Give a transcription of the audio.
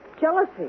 Jealousy